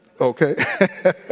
Okay